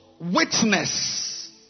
witness